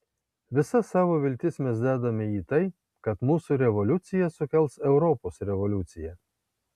visas savo viltis mes dedame į tai kad mūsų revoliucija sukels europos revoliuciją